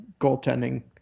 goaltending